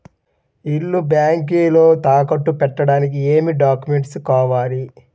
ఇల్లు బ్యాంకులో తాకట్టు పెట్టడానికి ఏమి డాక్యూమెంట్స్ కావాలి?